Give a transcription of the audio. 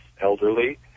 elderly